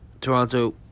Toronto